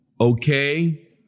okay